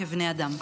כבני אדם.